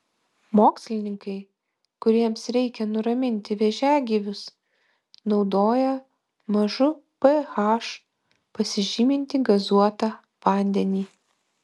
mokslininkai kuriems reikia nuraminti vėžiagyvius naudoja mažu ph pasižymintį gazuotą vandenį